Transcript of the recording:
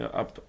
up